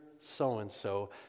so-and-so